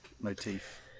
motif